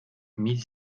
mille